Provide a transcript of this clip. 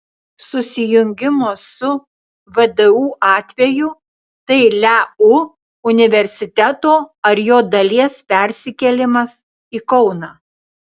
susijungimo su vdu atveju tai leu universiteto ar jo dalies persikėlimas į kauną